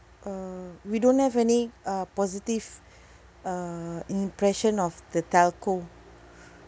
uh we don't have any uh positive uh impression of the telco